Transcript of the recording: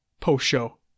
post-show